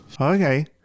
Okay